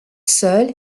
seule